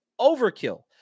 overkill